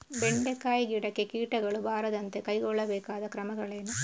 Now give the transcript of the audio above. ಬೆಂಡೆಕಾಯಿ ಗಿಡಕ್ಕೆ ಕೀಟಗಳು ಬಾರದಂತೆ ಕೈಗೊಳ್ಳಬೇಕಾದ ಕ್ರಮಗಳೇನು?